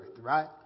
right